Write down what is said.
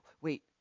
wait